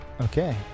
Okay